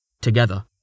Together